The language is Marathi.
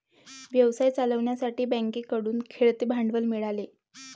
व्यवसाय चालवण्यासाठी बँकेकडून खेळते भांडवल मिळाले